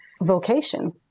vocation